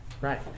right